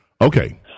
Okay